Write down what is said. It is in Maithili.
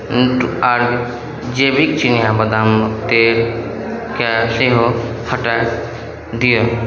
न्यूट्रीऑर्ग जैविक चिनिया बदाम तेलके सेहो हटा दिअ